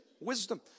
wisdom